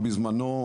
בזמנו,